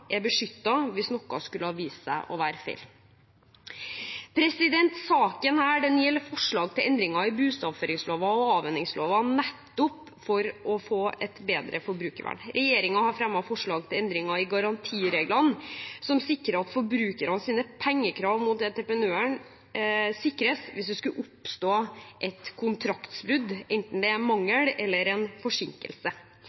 er beskyttet hvis noe skulle vise seg å være feil. Denne saken gjelder forslag til endringer i bustadoppføringslova og avhendingslova, nettopp for å få et bedre forbrukervern. Regjeringen har fremmet forslag til endringer i garantireglene som sikrer at forbrukernes pengekrav mot entreprenøren sikres hvis det skulle oppstå et kontraktbrudd, enten det gjelder en mangel eller en forsinkelse. Endringene er